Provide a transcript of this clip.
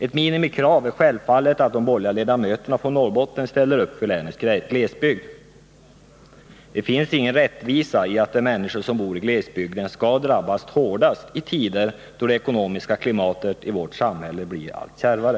Ett minimikrav är självfallet att de borgerliga ledamöterna från Norrbotten ställer upp för länets glesbygd. Det finns ingen rättvisa i att de människor som bor i glesbygden skall drabbas hårdast i tider då det ekonomiska klimatet i vårt samhälle blir allt kärvare.